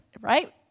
right